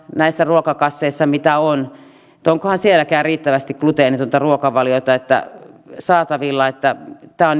näissä ruokakasseissa mitä on riittävästi gluteenitonta ruokavaliota saatavilla tämä on